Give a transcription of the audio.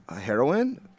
Heroin